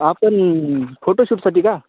आपण फोटोशूटसाठी का